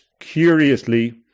curiously